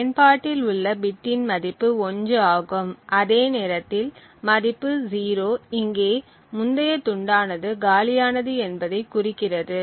பயன்பாட்டில் உள்ள பிட்டின் மதிப்பு 1 ஆகும் அதே நேரத்தில் மதிப்பு 0 இங்கே முந்தைய துண்டானது காலியானது என்பதைக் குறிக்கிறது